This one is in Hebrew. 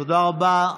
תודה רבה.